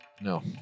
No